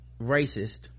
racist